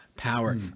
power